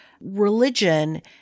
religion